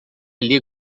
ali